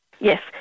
Yes